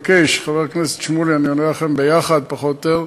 חבר הכנסת שמולי, אני עונה לכם ביחד פחות או יותר.